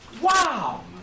Wow